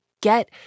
get